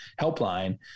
helpline